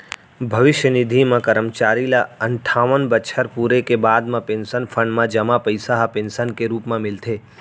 भविस्य निधि म करमचारी ल अनठावन बछर पूरे के बाद म पेंसन फंड म जमा पइसा ह पेंसन के रूप म मिलथे